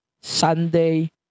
Sunday